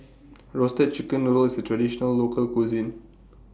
Roasted Chicken Noodle IS A Traditional Local Cuisine